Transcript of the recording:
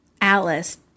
Alice